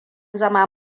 zama